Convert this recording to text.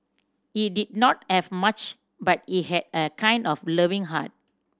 he did not have much but he had a kind and loving heart